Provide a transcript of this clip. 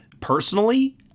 personally